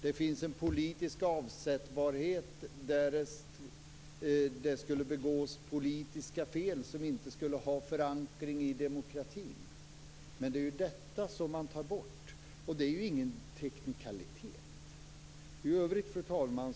Det finns en politisk avsättbarhet om det skulle begås politiska fel som inte har förankring i demokratin. Det är detta som tas bort. Det är ingen teknikalitet. Fru talman!